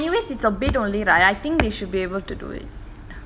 but anyways it's a bit only right I think they should be able to do it